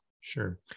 Sure